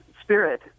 spirit